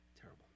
Terrible